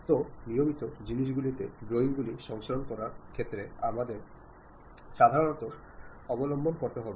তো নিয়মিত জিনিস গুলিতে ড্রয়িংগুলি সংরক্ষণ করার ক্ষেত্রেও আমাদের সাবধানতা অবলম্বন করতে হবে